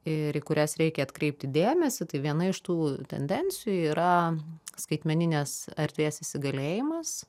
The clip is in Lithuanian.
ir į kurias reikia atkreipti dėmesį tai viena iš tų tendencijų yra skaitmeninės erdvės įsigalėjimas